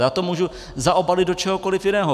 Já to můžu zaobalit do čehokoliv jiného.